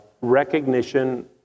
recognition